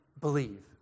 believe